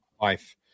life